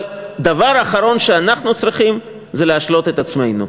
אבל הדבר האחרון שאנחנו צריכים זה להשלות את עצמנו.